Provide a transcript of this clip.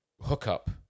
hookup